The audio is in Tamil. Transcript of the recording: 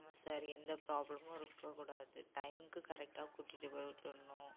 ஆமாம் சார் எந்த பிராபளமும் இருக்கக் கூடாது டைமுக்கு கரெக்டாக கூட்டிகிட்டு போய் விட்டுறணும்